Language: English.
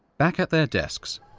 back at their desks,